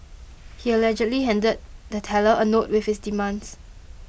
he allegedly handed the teller a note with his demands